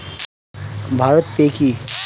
Bharat pay কি?